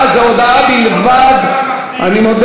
אדוני כבוד היושב-ראש, מי